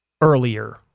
earlier